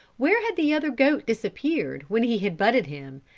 where had the other goat disappeared when he had butted him,